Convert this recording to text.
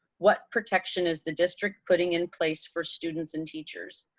what protection is the district putting in place for students and teachers?